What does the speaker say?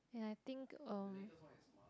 yeah I think um